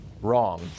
Wrong